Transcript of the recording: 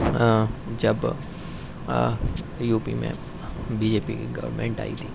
جب U P میں B J P کی گورمنٹ آئی تھی